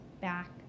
back